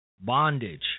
bondage